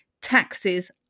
taxes